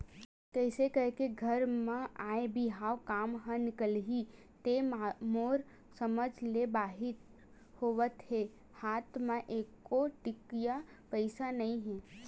कइसे करके घर म आय बिहाव काम ह निकलही ते मोर समझ ले बाहिर होवत हे हात म एको टिकली पइसा नइ हे